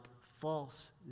false